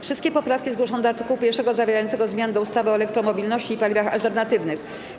Wszystkie poprawki zgłoszono do art. 1 zawierającego zmiany do ustawy o elektromobilności i paliwach alternatywnych.